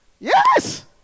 Yes